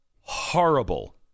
horrible